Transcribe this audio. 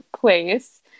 place